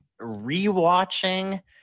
rewatching